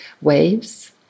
WAVES